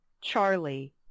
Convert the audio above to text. Charlie